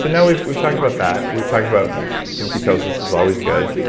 so now, we've we've talked about that. we've talked about some ketosis is always good.